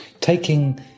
Taking